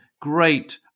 great